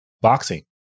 Boxing